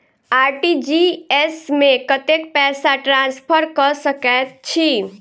RTGS मे कतेक पैसा ट्रान्सफर कऽ सकैत छी?